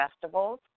festivals